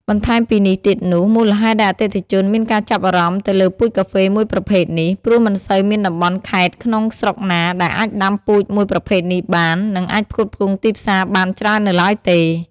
បន្ថែមពីនេះទៀតនោះ មូលហេតុដែលអតិថិជនមានការចាប់អារម្មណ៍ទៅលើពូជកាហ្វេមួយប្រភេទនេះ ព្រោះមិនសូវមានតំបន់ខេត្តក្នុងស្រុកណាដែលអាចដាំពូជមួយប្រភេទនេះបាន នឹងអាចផ្គត់ផ្គង់ទីផ្សារបានច្រើននៅឡើយទេ។